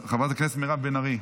חברת הכנסת מירב בן ארי,